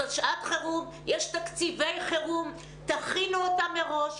זאת שעת חירום, יש תקציבי חירום, תכינו אותם מראש.